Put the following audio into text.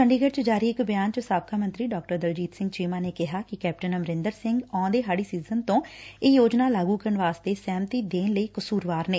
ਚੰਡੀਗਤ੍ ਚ ਜਾਰੀ ਇਕ ਬਿਆਨ ਚ ਸਾਬਕਾ ਮੰਤਰੀ ਡਾ ਦਲਜੀਤ ਸਿੰਘ ਚੀਮਾ ਨੇ ਕਿਹਾ ਕਿ ਕੈਪਟਨ ਅਮਰਿੰਦਰ ਸਿੰਘ ਆਉਂਦੇ ਹਾਤੀ ਸੀਜ਼ਨ ਤੋਂ ਇਹ ਯੋਜਨਾ ਲਾਗੂ ਕਰਨ ਵਾਸਤੇ ਸਹਿਮਤੀ ਦੇਣ ਲਈ ਕਸੂਰਵਾਰ ਨੇ